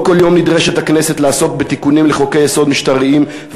לא כל יום נדרשת הכנסת לעסוק בתיקונים לחוקי-יסוד משטריים,